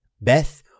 Beth